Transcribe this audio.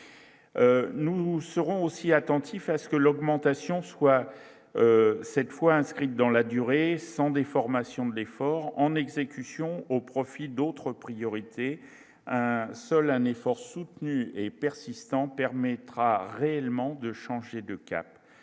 nous serons aussi attentif à ce que l'augmentation soit 7 fois inscrite dans la durée sans déformation de l'effort en exécution au profit d'autres priorités, seul un effort soutenu et persistant permettra réellement de changer de cap